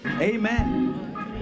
amen